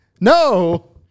No